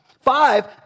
Five